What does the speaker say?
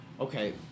okay